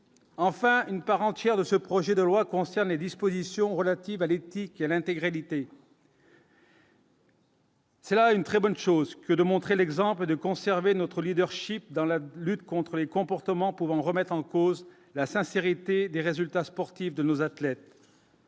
enfin une part entière de ce projet de loi concerne les dispositions relatives à l'éthique et l'intégralité. C'est là une très bonne chose que de montrer l'exemple de conserver notre Leadership dans la lutte contre les comportements pouvant remettre en cause la sincérité des résultats sportifs, de nos athlètes.